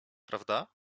prawda